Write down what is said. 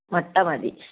മട്ട മതി